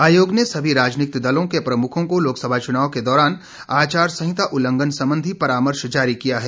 आयोग ने सभी राजनीतिक दलों के प्रमुखों को लोकसभा चुनाव के दौरान आचार संहिता उल्लघंन संबंधी परामर्श जारी किया है